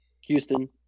Houston